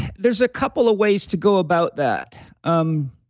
there's a couple of ways to go about that. um